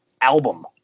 album